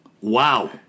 Wow